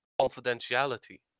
confidentiality